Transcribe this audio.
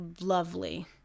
lovely